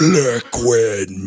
liquid